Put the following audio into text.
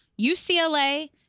UCLA